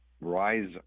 rise